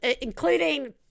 including